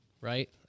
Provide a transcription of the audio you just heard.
right